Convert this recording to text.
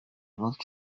болчу